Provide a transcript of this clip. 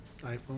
iPhone